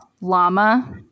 llama